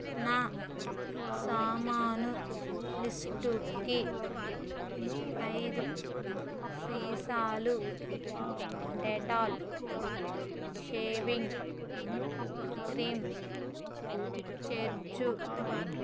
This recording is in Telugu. నా సామాను లిస్టుకి ఐదు సీసాలు డెటాల్ షేవింగ్ క్రీం చేర్చు